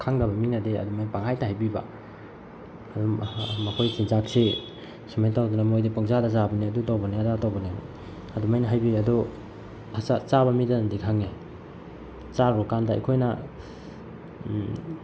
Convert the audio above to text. ꯈꯪꯗꯕ ꯃꯤꯅꯗꯤ ꯑꯗꯨꯃꯥꯏ ꯄꯪꯍꯥꯏꯇ ꯍꯥꯏꯕꯤꯕ ꯑꯗꯨꯝ ꯃꯈꯣꯏ ꯆꯤꯟꯖꯥꯛꯁꯦ ꯁꯨꯃꯥꯏꯅ ꯇꯧꯗꯅ ꯃꯣꯏꯗꯤ ꯄꯪꯆꯥꯗ ꯆꯥꯕꯅꯤ ꯑꯗꯨ ꯇꯧꯕꯅꯤ ꯑꯗꯥ ꯇꯧꯕꯅꯦꯅ ꯑꯗꯨꯃꯥꯏꯅ ꯍꯥꯏꯕꯤ ꯑꯗꯣ ꯆꯥꯕ ꯃꯤꯗꯅꯗꯤ ꯈꯪꯏ ꯆꯥꯔꯨꯔ ꯀꯥꯟꯗ ꯑꯩꯈꯣꯏꯅ